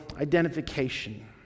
identification